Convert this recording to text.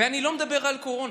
ואני לא מדבר על קורונה.